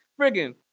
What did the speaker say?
friggin